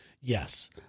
Yes